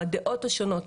הדעות השונות,